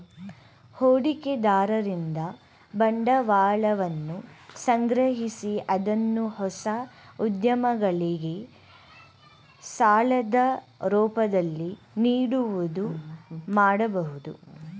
ಹೂಡಿಕೆದಾರರಿಂದ ಬಂಡವಾಳವನ್ನು ಸಂಗ್ರಹಿಸಿ ಅದನ್ನು ಹೊಸ ಉದ್ಯಮಗಳಿಗೆ ಸಾಲದ ರೂಪದಲ್ಲಿ ನೀಡುವುದು ಮಾಡಬಹುದು